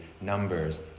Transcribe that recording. numbers